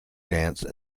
dance